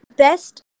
best